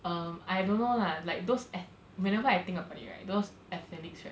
um I don't know lah like those ath~ whenever I think about it right those athletes right